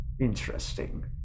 Interesting